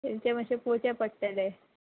तेंचें मातशें पळोवचें पडटलें